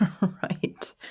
Right